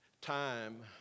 time